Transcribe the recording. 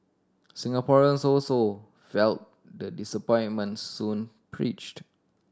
Singaporeans also felt the disappointment Soon preached